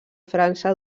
frança